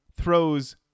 throws